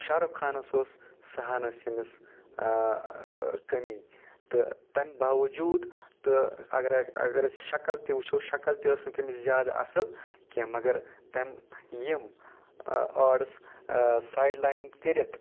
شارُک خانس اوس سۄ ہن ٲسۍ أمِس کٔمی تہٕ تمہِ باوجوٗد تہٕ اگرے اگر أسۍ شکٕل تہِ وٕچھو شکٕل تہِ ٲسۍ نہٕ تٔمِس زیادٕ اصل کینٛہہ مگر تمۍ یِم آڈٕس سایڈ لاین کٔرتھ